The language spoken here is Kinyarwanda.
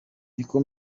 niko